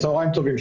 צוהריים טובים.